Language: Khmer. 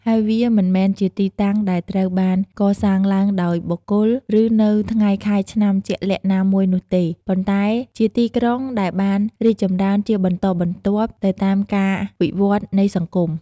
ហើយវាមិនមែនជាទីតាំងដែលត្រូវបានកសាងឡើងដោយបុគ្គល ឬនៅថ្ងៃខែឆ្នាំជាក់លាក់ណាមួយនោះទេ ប៉ុន្តែជាទីក្រុងដែលបានរីកចម្រើនជាបន្តបន្ទាប់ទៅតាមការវិវត្តនៃសង្គម។